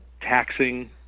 taxing